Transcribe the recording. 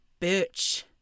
bitch